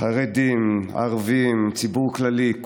חרדים, ערבים, ציבור כללי.